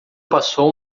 passou